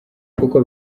kuko